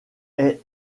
est